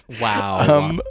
wow